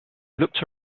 looked